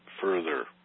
further